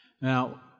Now